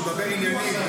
אני אתן לך